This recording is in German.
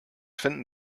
finden